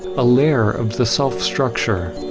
a layer of the self structure